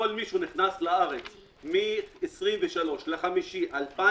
כל מי שנכנס לארץ מ-23 במאי 2000,